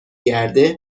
گرده